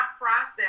process